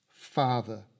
Father